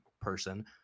person